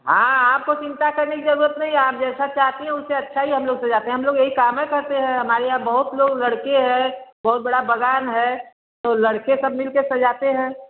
हाँ आपको चिंता करने की जरूरत नहीं है आप जैसा चाहती है उससे अच्छा ही हम लोग सजाते हैं हम लोग यही कामे करते हैं हमारे यहाँ बहुत लोग लड़के हैं बहुत बड़ा बगान है तो लड़के सब मिल के सजाते हैं